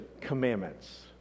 commandments